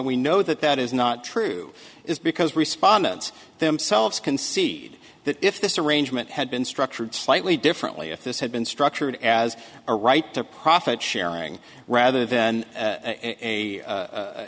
we know that that is not true is because respondents themselves can see that if this arrangement had been structured slightly differently if this had been structured as a right to profit sharing rather